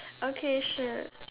okay sure